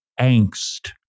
angst